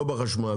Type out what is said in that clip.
לא בחשמל,